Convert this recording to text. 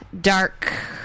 Dark